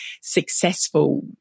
successful